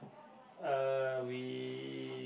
uh we